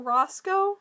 Roscoe